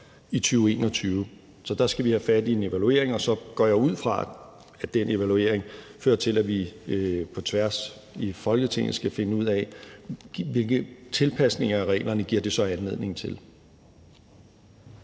i 2021. Så der skal vi have fat i en evaluering, og så går jeg ud fra, at den evaluering fører til, at vi på tværs af partier i Folketinget skal finde ud af, hvilke tilpasninger af reglerne det så giver anledning til.